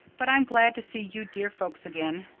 but i'm glad to see you dear folks again.